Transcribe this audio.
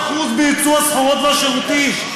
עלייה של 42% בייצוא הסחורות והשירותים.